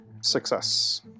Success